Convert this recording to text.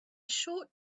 short